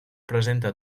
presenta